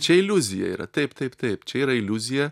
čia iliuzija yra taip taip taip čia yra iliuzija